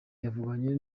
yavuganye